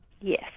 Yes